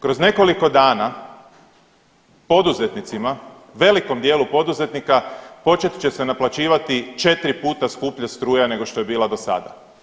Kroz nekoliko dana poduzetnicima velikom dijelu poduzetnika počet će se naplaćivati četiri puta skuplja struja nego što je bila do sada.